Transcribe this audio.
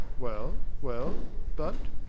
well well, but?